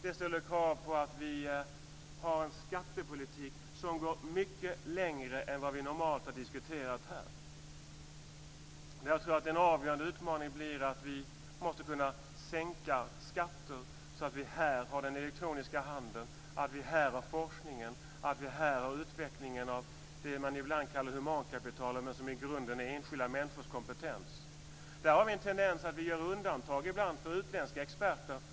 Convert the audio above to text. Det ställer krav på att vi har en skattepolitik som går mycket längre än vad vi normalt har diskuterat här. Jag tror att den avgörande utmaningen blir att vi måste kunna skatter så att vi här har den elektroniska handeln, att vi här har forskningen och att vi här har utvecklingen av det man ibland kallar humankapital men som i grunden är enskilda människors kompetens. Där har vi en tendens att ibland göra undantag för utländska experter.